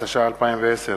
התש"ע 2010,